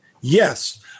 yes